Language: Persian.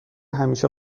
همیشه